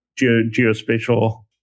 Geospatial